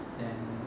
and